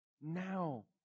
Now